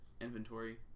inventory